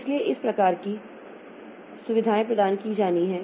इसलिए इस प्रकार की सुविधाएं प्रदान की जानी हैं